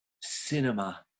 cinema